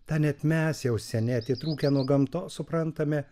tą net mes jau seniai atitrūkę nuo gamtos suprantame